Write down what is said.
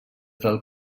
del